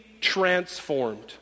transformed